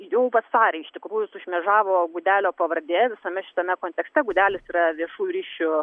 jau vasarį iš tikrųjų sušmėžavo gudelio pavardė visame šitame kontekste gudelis yra viešųjų ryšių